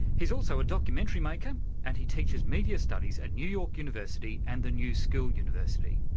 he's also a documentary maker and he teaches media studies at new york university and the new school university.